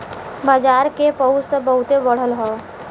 बाजार के पहुंच त बहुते बढ़ल हौ